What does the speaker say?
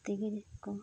ᱛᱮᱜᱮ ᱠᱚ